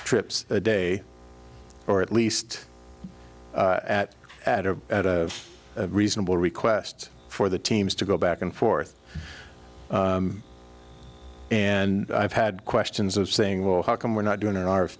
trips a day or at least at at a reasonable request for the teams to go back and forth and i've had questions of saying well how come we're not doing an r